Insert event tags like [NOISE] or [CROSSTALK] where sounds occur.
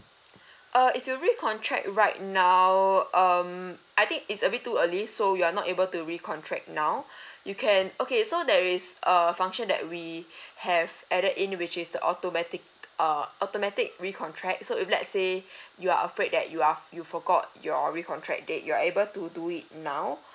uh if you recontract right now um I think it's a bit too early so you are not able to recontract now [BREATH] you can okay so there is err function that we [BREATH] have added in which is the automatic uh automatic recontract so if let's say [BREATH] you're afraid that you are you forgot your recontract date you're able to do it now